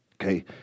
Okay